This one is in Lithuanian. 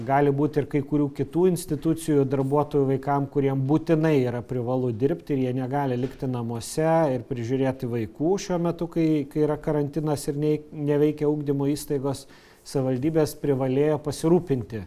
gali būt ir kai kurių kitų institucijų darbuotojų vaikam kuriem būtinai yra privalu dirbti ir jie negali likti namuose ir prižiūrėti vaikų šiuo metu kai yra karantinas ir nei neveikia ugdymo įstaigos savivaldybės privalėjo pasirūpinti